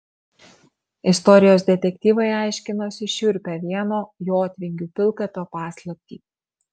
istorijos detektyvai aiškinosi šiurpią vieno jotvingių pilkapio paslaptį